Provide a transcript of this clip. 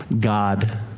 God